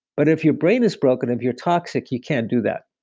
but if your brain is broken, if you're toxic, you can't do that.